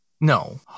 no